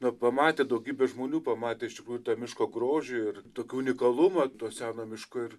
na pamatė daugybė žmonių pamatė iš tikrųjų tą miško grožį ir tokį unikalumą to seno miško ir